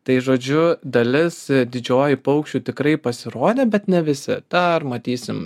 tai žodžiu dalis didžioji paukščių tikrai pasirodė bet ne visi dar matysim